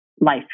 life